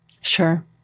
Sure